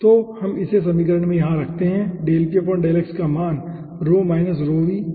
तो हम इसे इस समीकरण से यहाँ पर रखते हैं का मान प्राप्त हो रहा होगा